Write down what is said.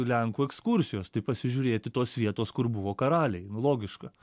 lenkų ekskursijos tai pasižiūrėti tos vietos kur buvo karaliai nu logiška